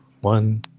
one